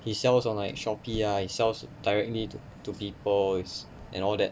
he sells on like Shopee lah he sells directly to to people and all that